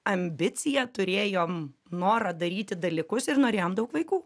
ambiciją turėjom norą daryti dalykus ir norėjom daug vaikų